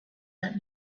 let